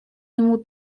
нему